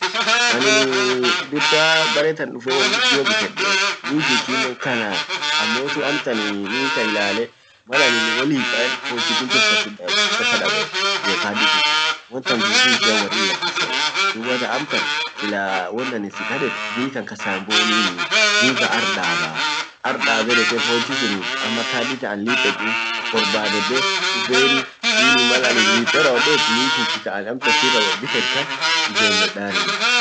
aniniii dursa barettan dufe won guddio bitedde mii kinkinen kana ammotu amtan mii kan ilale malanin wollipa ed pochi tinti uf kasit dabe uf kasa babe iyo kadi tinti wontan dudu ishia worrit lakise dubbatan amtan silaa won an sikaded mii kan kasa himbonini mii kan ar dabaa, ardabe deke pochi sunif ama kadi sun taan lippedun borbadhede duffeni ili mal an lippe rawodet mii kinki kaan amtan wobited tan ijemmedani